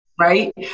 Right